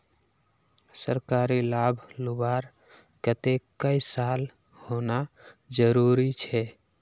सरकारी लाभ लुबार केते कई साल होना जरूरी छे?